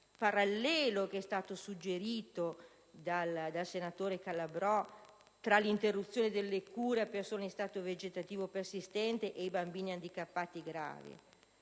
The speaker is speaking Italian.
parallelo suggerito dal senatore Calabrò tra l'interruzione delle cure a persone in stato vegetativo persistente e i bambini handicappati gravi.